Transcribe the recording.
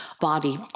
body